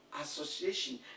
Association